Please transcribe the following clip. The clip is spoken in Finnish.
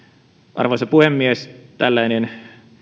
arvoisa puhemies tällainen